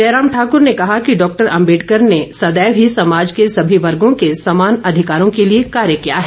जयराम ठाकुर ने कहा कि डॉक्टर अम्बेडकर सदैव ही समाज के सभी वर्गों के समान अधिकारों के लिए कार्य किया है